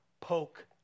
poke